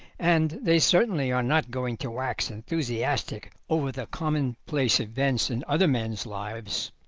and they certainly are not going to wax enthusiastic over the commonplace events in other men's lives.